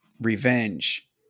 revenge